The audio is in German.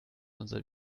unser